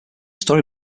story